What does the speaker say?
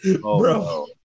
Bro